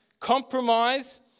Compromise